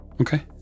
Okay